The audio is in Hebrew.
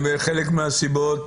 בחלק מהסיבות,